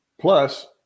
Plus